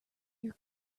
your